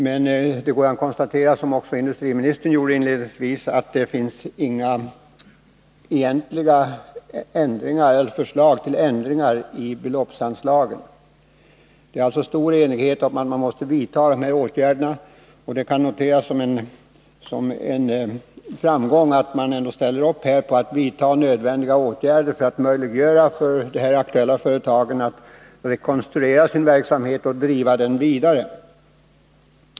Men man kan konstatera, vilket industriministern också gjorde inledningsvis, att det egentligen inte finns några förslag till ändringar i fråga om anslagsbeloppen. Det är alltså stor enighet om att man måste vidta dessa åtgärder, och det kan noteras som en framgång att man ställer upp på att vidta nödvändiga åtgärder för att möjliggöra för de aktuella företagen att rekonstruera sin verksamhet och driva den vidare.